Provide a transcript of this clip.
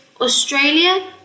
Australia